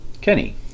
Kenny